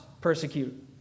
persecute